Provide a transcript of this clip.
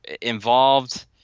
involved